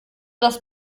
das